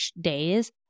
days